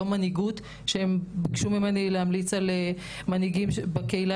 יום מנהיגות שביקשו ממני להמליץ להם על מנהיגים בקהילה